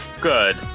Good